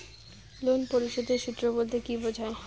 Loan পরিশোধের সূএ বলতে কি বোঝায়?